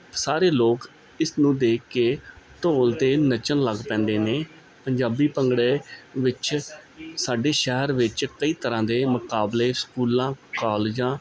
ਸਾਰੇ ਲੋਕ ਇਸ ਨੂੰ ਦੇਖ ਕੇ ਢੋਲ 'ਤੇ ਨੱਚਣ ਲੱਗ ਪੈਂਦੇ ਨੇ ਪੰਜਾਬੀ ਭੰਗੜੇ ਵਿੱਚ ਸਾਡੇ ਸ਼ਹਿਰ ਵਿੱਚ ਕਈ ਤਰ੍ਹਾਂ ਦੇ ਮੁਕਾਬਲੇ ਸਕੂਲਾਂ ਕਾਲਜਾਂ